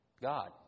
God